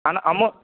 ஆனால்